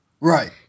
Right